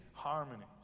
harmonies